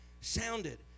sounded